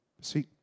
See